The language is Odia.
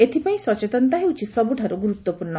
ଏଥ୍ପାଇଁ ସଚେତନତା ହେଉଛି ସବୁଠାରୁ ଗୁରୁତ୍ୱପୂର୍ଣ୍ଣ